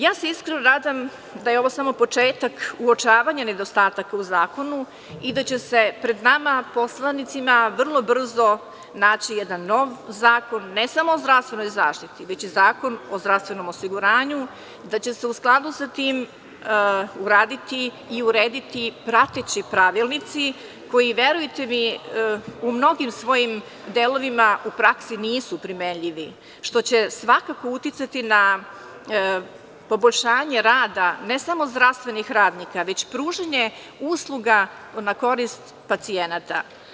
Ja se iskreno nadam da je ovo samo početak uočavanja nedostatka u zakonu i da će se pred nama poslanicima vrlo brzo naći jedan nov zakon ne samo o zdravstvenoj zaštiti, već i Zakon o zdravstvenom osiguranju, da će se u skladu sa tim uraditi i urediti prateći pravilnici koji, verujte mi, u mnogim svojim delovima u praksi nisu primenljivi, što će svakako uticati na poboljšanje rada ne samo zdravstvenih radnika, već pružanje usluga na korist pacijenata.